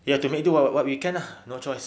we have to make do with what we can ah no choice